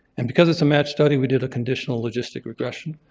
and because it's a match study, we did a conditional logistic regression.